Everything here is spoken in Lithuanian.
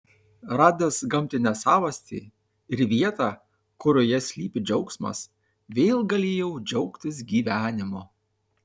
radęs gamtinę savastį ir vietą kurioje slypi džiaugsmas vėl galėjau džiaugtis gyvenimu